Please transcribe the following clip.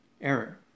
error